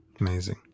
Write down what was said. Amazing